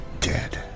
dead